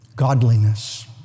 godliness